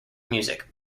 music